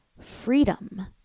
freedom